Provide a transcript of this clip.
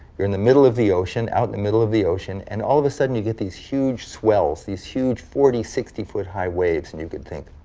you're in the middle of the ocean, out in the middle of the ocean, and all of a sudden you get these huge swells, these huge forty, sixty foot high waves, and you could think,